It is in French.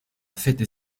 fêter